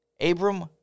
Abram